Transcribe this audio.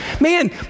man